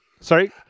Sorry